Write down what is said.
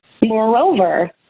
Moreover